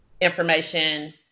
information